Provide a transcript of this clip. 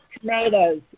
tomatoes